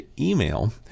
email